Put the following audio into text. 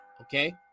Okay